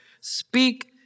Speak